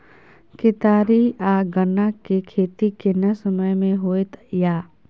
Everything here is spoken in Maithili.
केतारी आ गन्ना के खेती केना समय में होयत या?